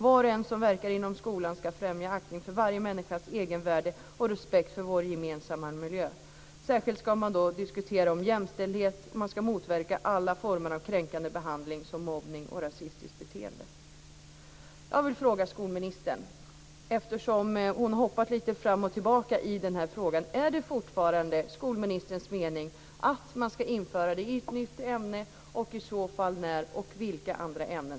Var och en som verkar inom skolan skall främja aktning för varje människas egenvärde och respekt för vår gemensamma miljö. Särskilt skall den som verkar inom skolan 2. aktivt motverka alla former av kränkande behandling såsom mobbning och rasistiska beteenden."